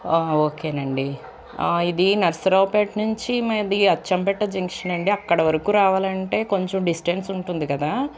ఓకేనండి ఇదీ నర్సరావుపేట నుంచి మాది అచ్చంపేట జంక్షన్ అండి అక్కడ వరకు రావాలంటే కొంచెం డిస్టెన్స్ ఉంటుంది కదా